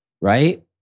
right